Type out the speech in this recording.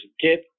get